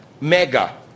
mega